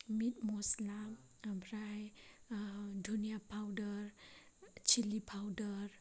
मिट मस्ला ओमफ्राय दुन्दिया पावडार सिल्लि पावडार